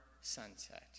sunset